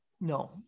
No